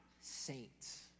saints